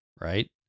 right